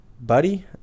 buddy